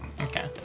Okay